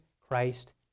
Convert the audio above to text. Christ